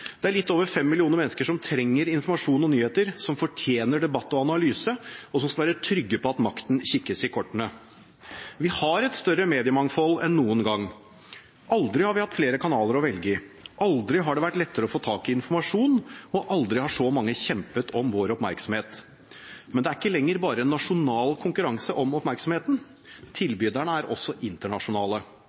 det er litt over fem millioner mennesker som trenger informasjon og nyheter, som fortjener debatt og analyse, og som skal være trygge på at makten kikkes i kortene. Vi har et større mediemangfold enn noen gang. Aldri har vi hatt flere kanaler å velge i, aldri har det vært lettere å få tak i informasjon, og aldri har så mange kjempet om vår oppmerksomhet. Men det er ikke lenger bare en nasjonal konkurranse om oppmerksomheten. Tilbyderne er også internasjonale